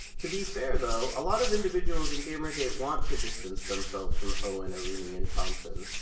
to be fair though, a lot of individuals in gamergate want to distance themselves from owen, aurini, and thompson.